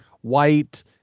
white